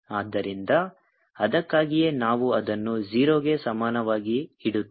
ಆದ್ದರಿಂದ ಅದಕ್ಕಾಗಿಯೇ ನಾವು ಅದನ್ನು 0 ಗೆ ಸಮಾನವಾಗಿ ಇಡುತ್ತೇವೆ